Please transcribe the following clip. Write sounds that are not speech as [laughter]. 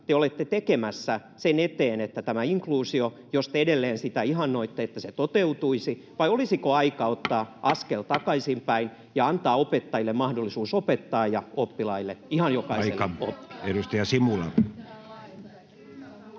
te olette tekemässä sen eteen, että tämä inkluusio, jos te edelleen sitä ihannoitte, toteutuisi, vai olisiko aika ottaa [noise] askel takaisinpäin ja antaa opettajille mahdollisuus opettaa ja oppilaille, ihan jokaiselle, oppia?